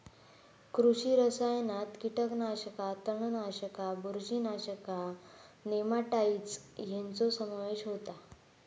कृषी रसायनात कीटकनाशका, तणनाशका, बुरशीनाशका, नेमाटाइड्स ह्यांचो समावेश होता